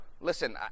listen